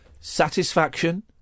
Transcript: Satisfaction